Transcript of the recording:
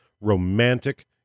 romantic